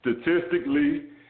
statistically